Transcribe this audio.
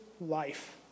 life